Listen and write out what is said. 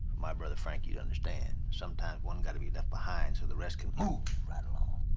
my brother, frank, he'd understand. sometimes one's gotta be left behind so the rest can move right along.